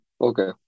Okay